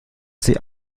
sie